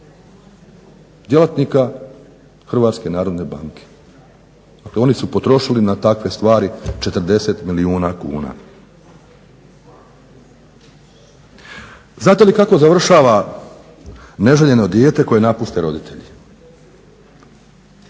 djelatnika HNB-a? Dakle, oni su potrošili na takve stvari 40 milijuna kuna. Znate li kako završava neželjeno dijete koje napuste roditelji?